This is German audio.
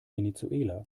venezuela